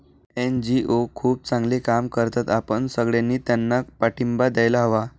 NGO खूप चांगले काम करतात, आपण सगळ्यांनी त्यांना पाठिंबा द्यायला हवा